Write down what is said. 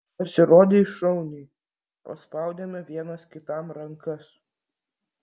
pasirodei šauniai paspaudėme vienas kitam rankas